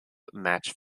match